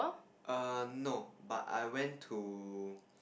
err no but I went to